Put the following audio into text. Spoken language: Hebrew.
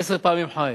עשר פעמים ח"י,